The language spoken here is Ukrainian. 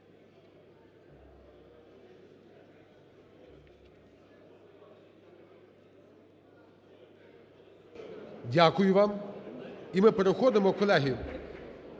Дякую вам. І ми переходимо, колеги,